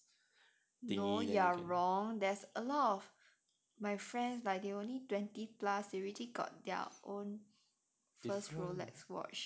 no you are wrong there's a lot of my friends like they only twenty plus they already got their own first rolex watch